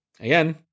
again